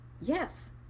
yes